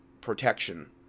protection